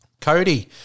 Cody